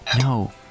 No